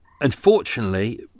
unfortunately